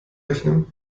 rechnen